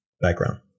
background